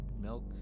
milk